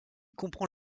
comprend